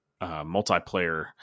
multiplayer